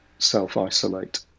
self-isolate